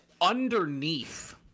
underneath